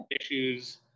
issues